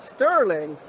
Sterling